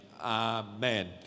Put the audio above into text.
Amen